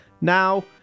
Now